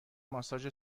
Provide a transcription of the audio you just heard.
ماساژ